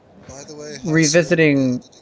revisiting